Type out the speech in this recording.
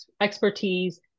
expertise